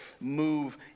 move